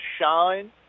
shine